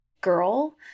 girl